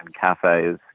cafes